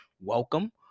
welcome